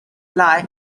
lie